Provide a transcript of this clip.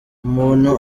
umuntu